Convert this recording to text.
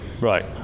right